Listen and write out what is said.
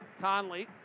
Conley